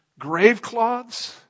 Gravecloths